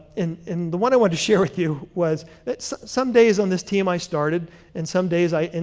and and the one i wanted to share with you was that so some days on this team i started and some days i, and